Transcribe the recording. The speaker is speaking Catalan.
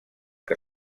que